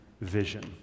vision